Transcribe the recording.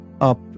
up